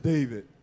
David